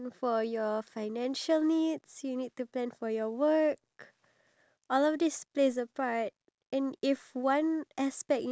um being your life up to all the way until the age of nineteen which age do you feel like it's the most !wow!